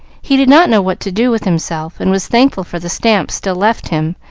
he did not know what to do with himself, and was thankful for the stamps still left him,